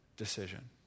decision